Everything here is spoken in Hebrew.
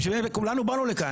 כי זה בגלל זה כולנו באנו לכאן.